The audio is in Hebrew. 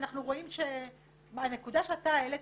כשאנחנו רואים שבנקודה שאתה העלית,